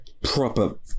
proper